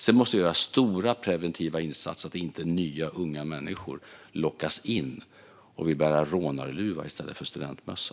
Sedan måste vi göra stora preventiva insatser så att inte nya unga människor lockas in och vill bära rånarluva i stället för studentmössa.